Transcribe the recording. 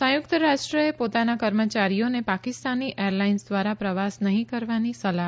સંયુકત રાષ્ટ્રએ પોતાના કર્મચારીઓને પાકિસ્તાની એરલાઇન્સ ધ્વારા પ્રવાસ નહી કરવાની સલાહ